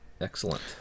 Excellent